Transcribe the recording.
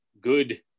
good